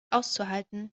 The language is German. auszuhalten